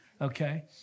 Okay